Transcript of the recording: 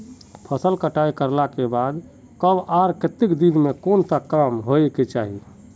फसल कटाई करला के बाद कब आर केते दिन में कोन सा काम होय के चाहिए?